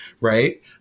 right